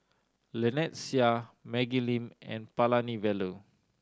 Lynnette Seah Maggie Lim and Palanivelu